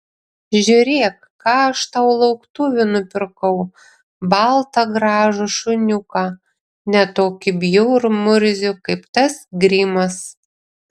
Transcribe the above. žiūrėk ką aš tau lauktuvių nupirkau baltą gražų šuniuką ne tokį bjaurų murzių kaip tas grimas